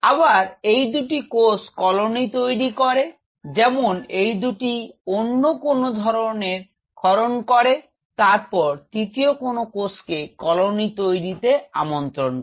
আবার এই দুটি কোষ কলোনি তৈরি করে যেমন এই দুটি অন্য কোন ধরনের ক্ষরণ করে তারপর তৃতীয় কোন কোষকে কলোনি তৈরিতে আমন্ত্রণ করে